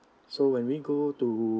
so when we go to